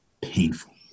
Painful